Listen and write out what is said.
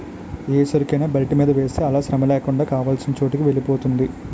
ఏ సరుకైనా బెల్ట్ మీద వేస్తే అలా శ్రమలేకుండా కావాల్సిన చోటుకి వెలిపోతుంది